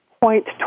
point